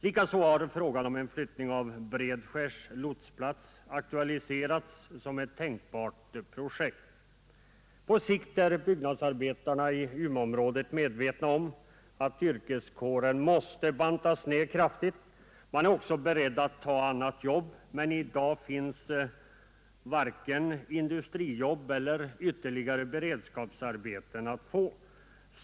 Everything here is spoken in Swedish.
Likaså har frågan om en flyttning av Bredskärs lotsplats aktualiserats som ett tänkbart projekt. Byggnadsarbetarna i Umeåområdet är medvetna om att yrkeskåren på sikt måste bantas ned kraftigt. De är också beredda att ta annat jobb, men i dag finns varken industrijobb eller ytterligare beredskapsarbeten att få.